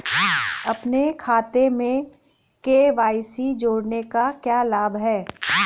अपने खाते में के.वाई.सी जोड़ने का क्या लाभ है?